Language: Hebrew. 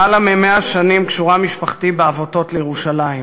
למעלה מ-100 שנים קשורה משפחתי בעבותות לירושלים,